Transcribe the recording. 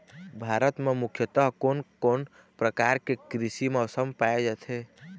भारत म मुख्यतः कोन कौन प्रकार के कृषि मौसम पाए जाथे?